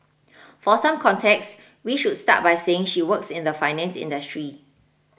for some context we should start by saying she works in the finance industry